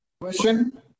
Question